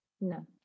no